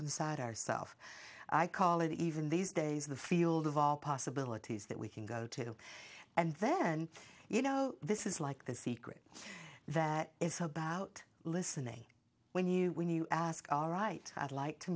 inside our self i call it even these days the field of all possibilities that we can go to and then you know this is like the secret that is about listening when you when you ask all right i'd like to